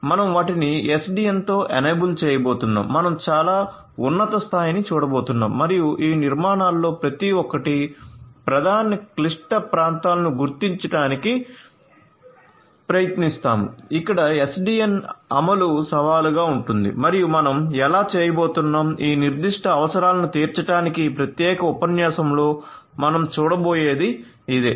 మనం వాటిని SDN తో ఎనేబుల్ చేయబోతున్నాం మనం చాలా ఉన్నత స్థాయిని చూడబోతున్నాము మరియు ఈ నిర్మాణాలలో ప్రతి ఒక్కటి ప్రధాన క్లిష్ట ప్రాంతాలను గుర్తించడానికి ప్రయత్నిస్తాము ఇక్కడ SDN అమలు సవాలుగా ఉంటుంది మరియు మనం ఎలా చేయబోతున్నాo ఈ నిర్దిష్ట అవసరాలను తీర్చడానికి ఈ ప్రత్యేక ఉపన్యాసంలో మనం చూడబోయేది ఇదే